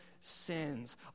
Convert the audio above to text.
sins